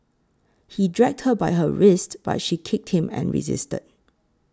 he dragged her by her wrists but she kicked him and resisted